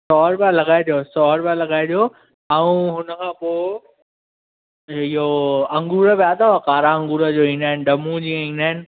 सौ रुपिया लॻाए ॾियो सौ रुपिया लॻाए ॾियो ऐं उनखां पोइ इहो अंगूर पिया अथव कारा अंगूर जीअं ईंदा आहिनि ॼमूं ईंदा आहिनि